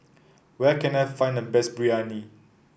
where can I find the best Biryani